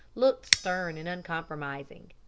looked stern and uncompromising.